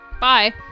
Bye